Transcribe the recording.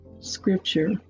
Scripture